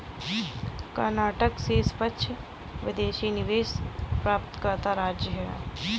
कर्नाटक शीर्ष प्रत्यक्ष विदेशी निवेश प्राप्तकर्ता राज्य है